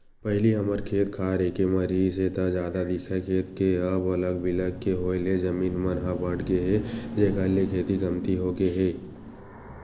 पहिली हमर खेत खार एके म रिहिस हे ता जादा दिखय खेत के अब अलग बिलग के होय ले जमीन मन ह बटगे हे जेखर ले खेती कमती होगे हे